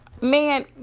Man